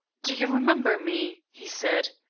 do you remember me? he said.